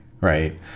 right